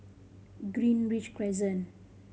Greenridge Crescent